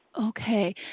Okay